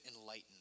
enlightened